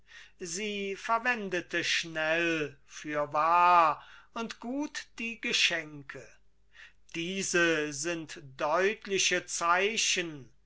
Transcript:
sie verwendete schnell fürwahr und gut die geschenke diese sind deutliche zeichen